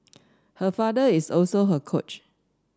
her father is also her coach